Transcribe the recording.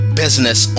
business